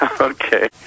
Okay